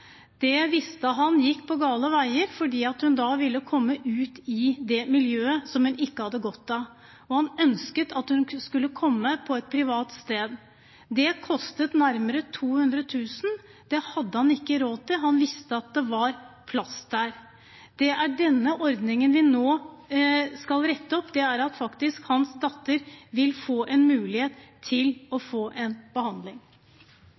Det visste han gikk gal vei, fordi hun da ville komme ut i det miljøet som hun ikke hadde godt av. Han ønsket at hun skulle komme på et privat sted. Det kostet nærmere 200 000 kr, og det hadde han ikke råd til. Han visste at det var plass der. Det er denne ordningen vi nå skal rette opp, slik at hans datter faktisk vil få en mulighet til å få behandling.